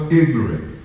ignorant